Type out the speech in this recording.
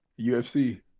UFC